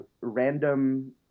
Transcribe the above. random